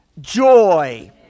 joy